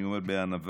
אני אומר בענווה